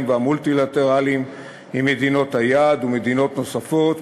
והמולטי-לטרליים עם מדינות היעד ומדינות נוספות,